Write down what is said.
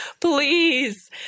please